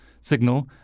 signal